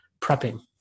prepping